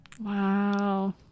Wow